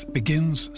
begins